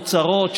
אוצרות,